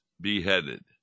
beheaded